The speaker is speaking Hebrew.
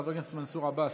חבר הכנסת מנסור עבאס,